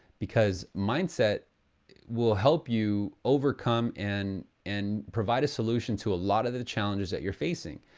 because mindset will help you overcome and and provide a solution to a lot of the challenges that you're facing.